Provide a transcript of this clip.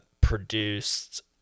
produced